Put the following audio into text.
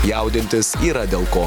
jaudintis yra dėl ko